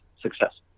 success